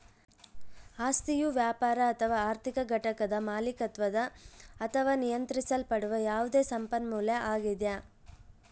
ಆಸ್ತಿಯು ವ್ಯಾಪಾರ ಅಥವಾ ಆರ್ಥಿಕ ಘಟಕದ ಮಾಲೀಕತ್ವದ ಅಥವಾ ನಿಯಂತ್ರಿಸಲ್ಪಡುವ ಯಾವುದೇ ಸಂಪನ್ಮೂಲ ಆಗ್ಯದ